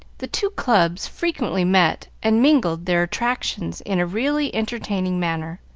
the two clubs frequently met and mingled their attractions in a really entertaining manner,